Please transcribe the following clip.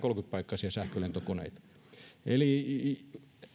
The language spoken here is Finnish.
paikkaisia sähkölentokoneita eli